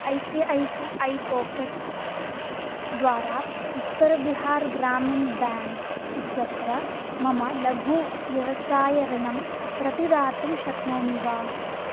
I C I C I Pockets द्वारा Uttar Bihar Gramin Bank इत्यत्र मम लघु व्यवसाय ऋणम् प्रतिदातुं शक्नोमि वा